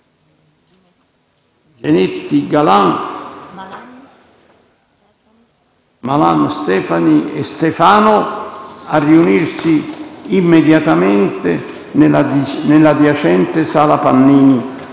Ginetti, Malan, Stefani e Stefano a riunirsi immediatamente nell'adiacente sala Pannini.